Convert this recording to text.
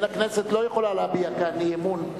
הכנסת לא יכולה להביע כאן אי-אמון,